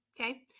okay